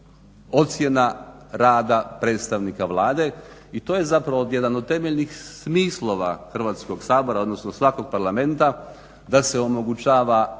ocjena rada predstavnika Vlade i to je zapravo jedan od temeljnih smislova Hrvatskog sabora, odnosno svakog Parlamenta da se omogućava